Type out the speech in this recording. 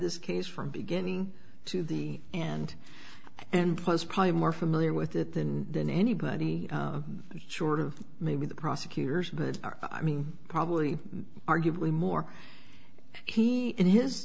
this case from beginning to the and and was probably more familiar with it than than anybody short of maybe the prosecutors are i mean probably arguably more he in his